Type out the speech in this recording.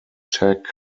tech